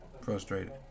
Frustrated